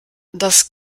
das